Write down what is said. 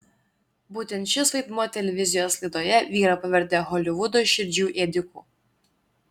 būtent šis vaidmuo televizijos laidoje vyrą pavertė holivudo širdžių ėdiku